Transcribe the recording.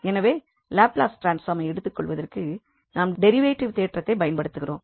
எனவே லாப்லஸ் ட்ரான்ஸ்ஃபார்மை எடுத்துக்கொள்வதற்கு நாம் டெரிவேட்டிவ் தேற்றத்தை பயன்படுத்துகிறோம்